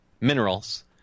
Minerals